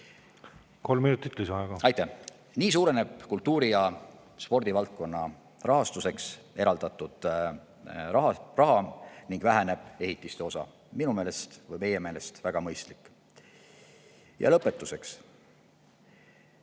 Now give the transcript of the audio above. kõigil toetada. Aitäh! Nii suureneb kultuuri- ja spordivaldkonna rahastamiseks eraldatud raha ning väheneb ehitiste osa: minu meelest või ka meie meelest on see väga mõistlik. Lõpetuseks.